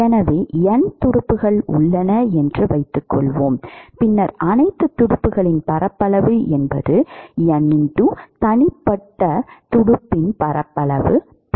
எனவே N துடுப்புகள் உள்ளன என்று வைத்துக்கொள்வோம் பின்னர் அனைத்து துடுப்புகளின் பரப்பளவு என்பது N தனிப்பட்ட துடுப்பின் பரப்பளவு Ab